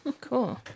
Cool